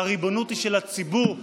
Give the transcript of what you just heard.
הריבונות היא של הציבור,